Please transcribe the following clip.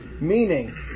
Meaning